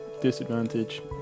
disadvantage